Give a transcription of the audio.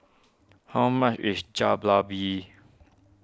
how much is